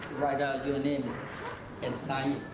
write ah your name and sign